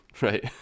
right